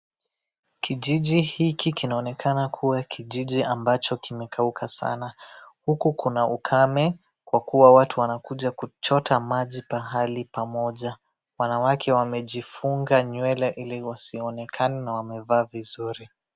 Kijiji hiki kinaonekana kuwa kijiji ambacho kimekauka sana, huku kuna ukame, kwa kuwa watu wanakuja kuchota maji pahali pamoja. Wanawake wamejifunga nywele ili wasionekane na wamevaa vizuri.